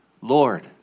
Lord